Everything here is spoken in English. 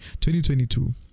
2022